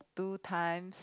two times